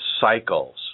cycles